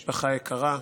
משפחה יקרה.